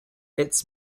its